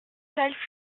salle